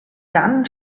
dann